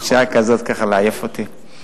בשעה כזאת ככה לעייף אותי?